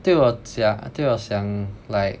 对我讲对我想 like